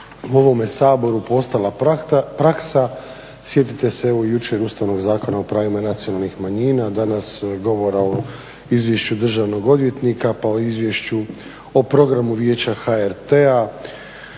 u ovome Saboru to postala praksa, sjetite se jučer evo Ustavnog zakona o pravima nacionalnih manjina, danas govora o izvješću državnog odvjetnika pa o izvješću o programu vijeća HRT-a,